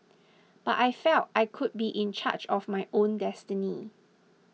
but I felt I could be in charge of my own destiny